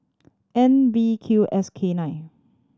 N V Q S K nine